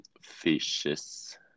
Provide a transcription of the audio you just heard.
Fishes